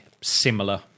similar